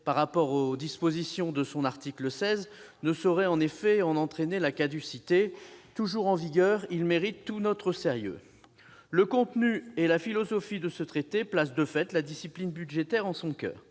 par rapport aux dispositions de son article 16, ne saurait en entraîner la caducité. Toujours en vigueur, il mérite tout notre sérieux. Le contenu et la philosophie de ce traité placent de fait la discipline budgétaire en son coeur.